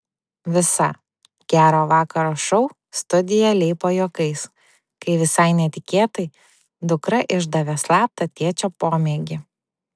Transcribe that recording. visa gero vakaro šou studija leipo juokais kai visai netikėtai dukra išdavė slaptą tėčio pomėgį